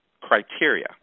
criteria